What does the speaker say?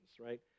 right